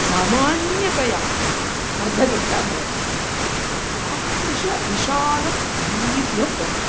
सामन्यतया अर्धघण्टा भवति तादृशं विशालं दीर्घं भवति